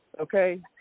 okay